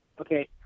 okay